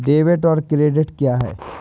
Debit और credit क्या है?